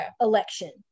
election